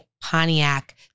Pontiac